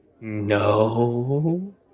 No